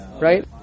right